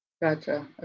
Gotcha